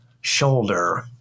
shoulder